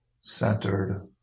centered